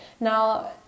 Now